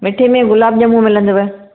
मिठे में गुलाब ॼमूं मिलंदव